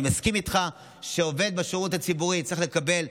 אני מסכים איתך שעובד בשירות הציבורי צריך לקבל,